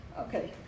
Okay